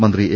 മന്ത്രി എ